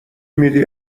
میدی